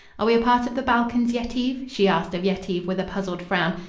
are we a part of the balkans, yetive? she asked of yetive, with a puzzled frown,